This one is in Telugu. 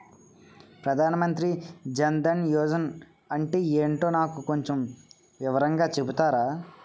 ప్రధాన్ మంత్రి జన్ దన్ యోజన అంటే ఏంటో నాకు కొంచెం వివరంగా చెపుతారా?